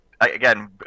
again